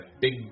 big